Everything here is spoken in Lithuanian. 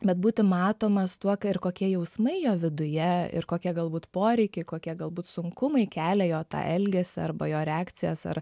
bet būti matomas tuo ir kokie jausmai jo viduje ir kokia galbūt poreikiai kokie galbūt sunkumai kelia jo tą elgesį arba jo reakcijas ar